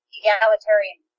egalitarian